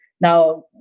Now